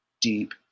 deep